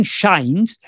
shines